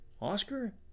Oscar